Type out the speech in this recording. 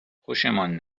خوشمان